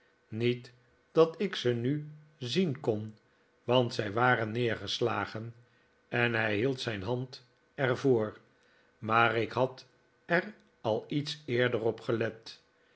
niet dat ik ze nu zien kon want zij waren neergeslagen en hij hield zijn hand er voor maar ik had er al iets eerder op gelet